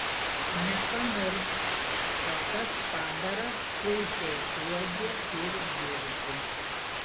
nepamiršk kad tas padaras puikiai uodžia ir girdi